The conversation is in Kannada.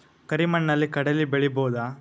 ಕರಿ ಮಣ್ಣಲಿ ಕಡಲಿ ಬೆಳಿ ಬೋದ?